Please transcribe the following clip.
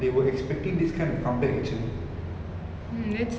hasn't acted in many movies I think he took a break right